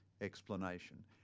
explanation